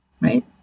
Right